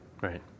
Right